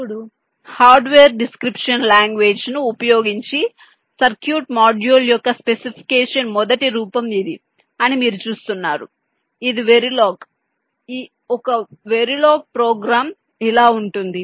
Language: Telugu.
ఇప్పుడు హార్డ్వేర్ డిస్క్రిప్షన్ లాంగ్వేజ్ ను ఉపయోగించి సర్క్యూట్ మాడ్యూల్ యొక్క స్పెసిఫికేషన్ మొదటి రూపం ఇది అని మీరు చూస్తున్నారు ఇది వెరిలోగ్ ఒక వెరిలోగ్ ప్రోగ్రామ్ ఇలా ఉంటుంది